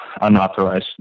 unauthorized